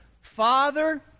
Father